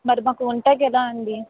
మరి మాకు ఉండటానికి ఎలా అండి